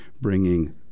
bringing